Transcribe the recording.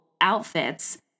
outfits